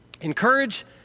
encourage